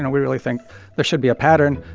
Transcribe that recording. ah we really think there should be a pattern.